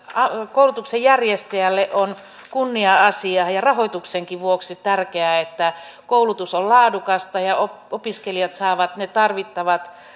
koulutuksen järjestäjälle on kunnia asia ja rahoituksenkin vuoksi tärkeää että koulutus on laadukasta ja opiskelijat saavat ne tarvittavat